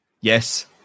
yes